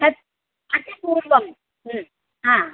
तत् अतः पूर्वं हा